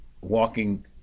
walking